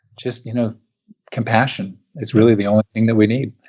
just you know compassion is really the only thing that we need.